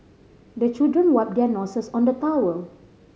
the children wipe their noses on the towel